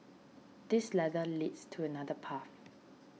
this ladder leads to another path